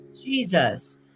Jesus